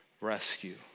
rescue